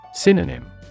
Synonym